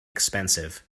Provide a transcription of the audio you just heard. expensive